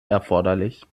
erforderlich